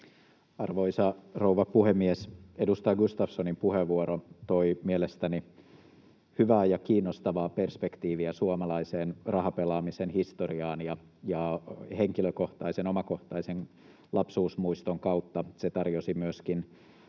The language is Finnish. Arvoisa rouva puhemies! Edustaja Gustafssonin puheenvuoro toi mielestäni hyvää ja kiinnostavaa perspektiiviä suomalaisen rahapelaamisen historiaan, ja henkilökohtaisen, omakohtaisen lapsuusmuiston kautta se tarjosi myöskin